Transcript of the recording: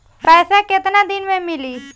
पैसा केतना दिन में मिली?